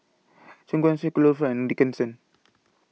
Choon Guan Street Kloof and Dickenson